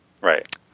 Right